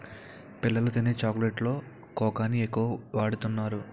పిల్లలు తినే చాక్లెట్స్ లో కోకాని ఎక్కువ వాడుతున్నారు